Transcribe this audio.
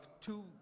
two